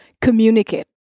communicate